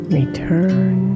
return